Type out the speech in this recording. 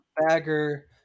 Bagger